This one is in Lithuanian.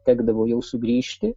tekdavo jau sugrįžti